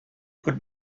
could